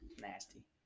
nasty